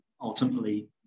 ultimately